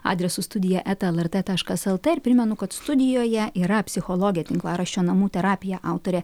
adresu studija eta lrt taškas lt ir primenu kad studijoje yra psichologė tinklaraščio namų terapija autorė